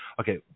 Okay